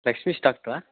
ಲಕ್ಷ್ಮೀಶ್ ಡಾಕ್ಟ್ರಾ